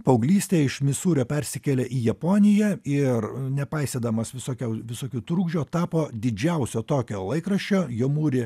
paauglystėj iš misūrio persikėlė į japoniją ir nepaisydamas visokiau visokių trukdžių tapo didžiausio tokijo laikraščio jemūri